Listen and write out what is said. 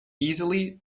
easily